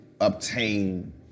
Obtain